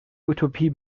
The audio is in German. utopie